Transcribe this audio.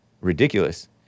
Ridiculous